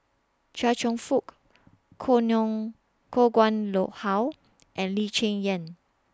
Chia Cheong Fook Koh Koh Nguang Low How and Lee Cheng Yan